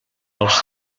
els